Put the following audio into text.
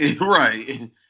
right